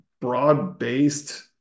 broad-based